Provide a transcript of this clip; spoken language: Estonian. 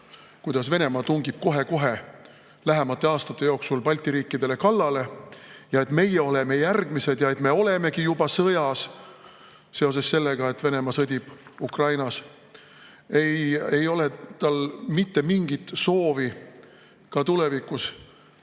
kuidas Venemaa tungib kohe-kohe lähimate aastate jooksul Balti riikidele kallale, et meie oleme järgmised ja me olemegi juba sõjas seoses sellega, et Venemaa sõdib Ukrainas, ei ole tal mitte mingit soovi ka tulevikus